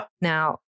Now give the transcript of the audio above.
Now